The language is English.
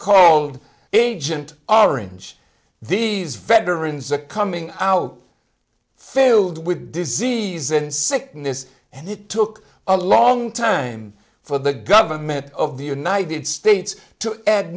called agent orange these veterans a coming out filled with disease and sickness and it took a long time for the government of the united states to